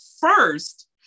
first